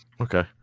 Okay